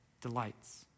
Delights